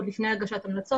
אפילו עוד לפני הגשת ההמלצות.